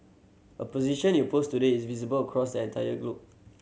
a position you post today is visible cross entire globe